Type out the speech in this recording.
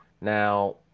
Now